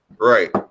right